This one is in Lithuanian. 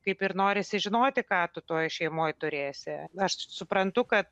kaip ir norisi žinoti ką tu toj šeimoj turėsi aš suprantu kad